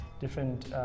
Different